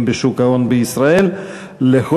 בשוק ההון בישראל (תיקוני חקיקה) (תיקון מס' 2),